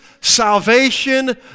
salvation